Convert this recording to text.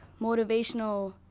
motivational